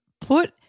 put